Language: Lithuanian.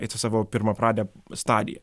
į tą savo pirmapradę stadiją